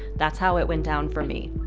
that's how it went down for me.